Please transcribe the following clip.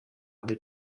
alle